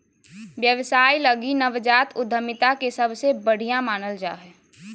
व्यवसाय लगी नवजात उद्यमिता के सबसे बढ़िया मानल जा हइ